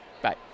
Bye